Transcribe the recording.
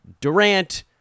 Durant